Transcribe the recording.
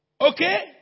Okay